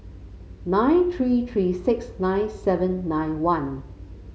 nine three three six nine seven nine one